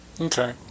okay